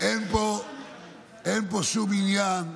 אין פה שום עניין,